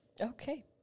okay